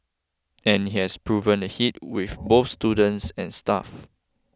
and it has proven a hit with both students and staff